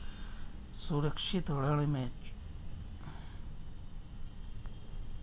सुरक्षित ऋण में चूक की स्थिति में तोरण दाता संपत्ति का अधिग्रहण कर सकता है